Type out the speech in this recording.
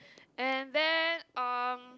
and then um